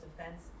offense